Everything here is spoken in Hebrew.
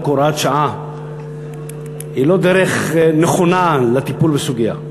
הוראת שעה היא לא דרך נכונה לטיפול בסוגיה.